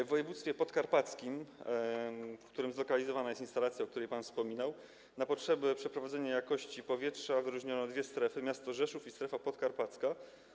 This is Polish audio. W województwie podkarpackim, w którym zlokalizowana jest instalacja, o której pan wspominał, na potrzeby przeprowadzenia badania jakości powietrza wyróżniono dwie strefy: miasto Rzeszów i strefa podkarpacka.